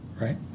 right